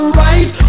right